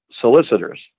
solicitors